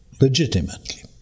legitimately